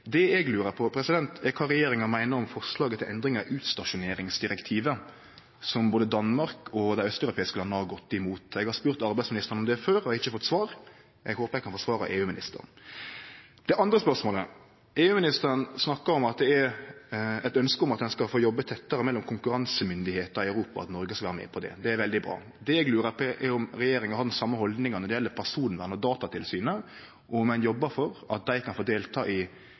Det eg lurer på, er kva regjeringa meiner om forslaget til endringar i utstasjoneringsdirektivet, som både Danmark og dei austeuropeiske landa har gått imot. Eg har spurt arbeidsministeren om det før og ikkje fått svar. Eg håper eg kan få svar av EU-ministeren. Det andre spørsmålet er: EU-ministeren snakka om at det er eit ønske at ein skal få jobbe tettare med konkurransemyndigheitene i Europa, at Noreg skal vere med på det. Det er veldig bra. Det eg lurer på, er om regjeringa har den same haldninga når det gjeld personvern og Datatilsynet, og om ein jobbar for at dei kan få delta i